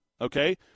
Okay